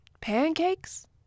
pancakes